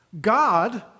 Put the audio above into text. God